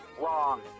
wrong